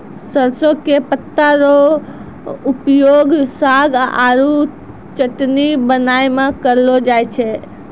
सरसों के पत्ता रो उपयोग साग आरो चटनी बनाय मॅ करलो जाय छै